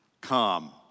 Come